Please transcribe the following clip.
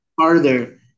farther